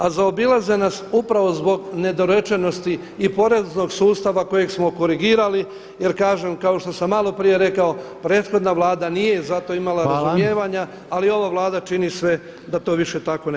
A zaobilaze nas upravo zbog nedorečenosti i poreznog sustava kojeg smo korigirali jer kažem kao što sam malo prije rekao, prethodna vlada nije za to imala razumijevanja, ali ova Vlada čini sve da to više tako ne bude.